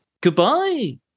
Goodbye